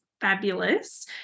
fabulous